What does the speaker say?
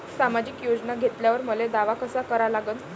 सामाजिक योजना घेतल्यावर मले दावा कसा करा लागन?